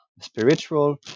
spiritual